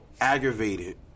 aggravated